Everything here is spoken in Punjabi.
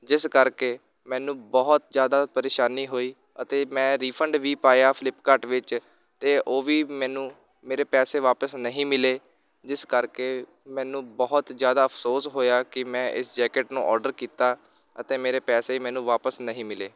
ਜਿਸ ਕਰਕੇ ਮੈਨੂੰ ਬਹੁਤ ਜ਼ਿਆਦਾ ਪਰੇਸ਼ਾਨੀ ਹੋਈ ਅਤੇ ਮੈਂ ਰੀਫੰਡ ਵੀ ਪਾਇਆ ਫਲਿਪਕਾਰਟ ਵਿੱਚ ਅਤੇ ਉਹ ਵੀ ਮੈਨੂੰ ਮੇਰੇ ਪੈਸੇ ਵਾਪਸ ਨਹੀਂ ਮਿਲੇ ਜਿਸ ਕਰਕੇ ਮੈਨੂੰ ਬਹੁਤ ਜ਼ਿਆਦਾ ਅਫਸੋਸ ਹੋਇਆ ਕਿ ਮੈਂ ਇਸ ਜੈਕੇਟ ਨੂੰ ਔਡਰ ਕੀਤਾ ਅਤੇ ਮੇਰੇ ਪੈਸੇ ਮੈਨੂੰ ਵਾਪਸ ਨਹੀਂ ਮਿਲੇ